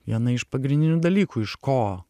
viena iš pagrindinių dalykų iš ko